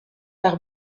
par